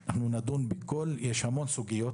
יש המון סוגיות.